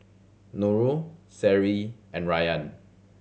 Nurul Seri and Ryan